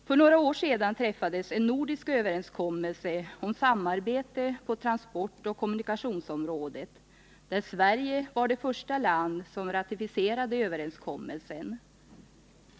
För några år sedan träffades en nordisk överenskommelse om samarbete på transportoch kommunikationsområdet, där Sverige var det första land som ratificerade överenskommelsen.